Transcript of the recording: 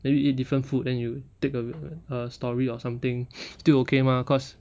then we eat different food then you take a a story or something still okay mah cause